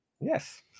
yes